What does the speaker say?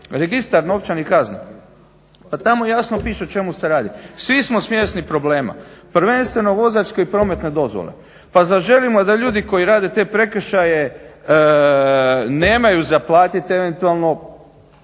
Registar novčanih kazni, pa tamo jasno piše o čemu se radi. Svi smo svjesni problema, prvenstveno vozačke i prometne dozvole. Pa zar želimo da ljudi koji rade te prekršaje nemaju za platiti eventualno